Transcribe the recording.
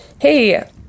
hey